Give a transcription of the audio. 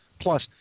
Plus